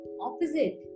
opposite